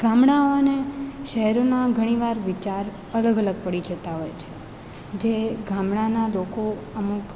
ગામડાઓ અને શહેરોના ઘણીવાર વિચાર અલગ અલગ પડી જતા હોય છે જે ગામડાંના લોકો અમુક